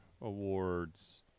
awards